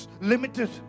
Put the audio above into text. limited